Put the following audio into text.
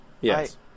yes